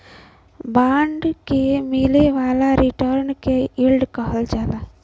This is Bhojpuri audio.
बांड से मिले वाला रिटर्न के यील्ड कहल जाला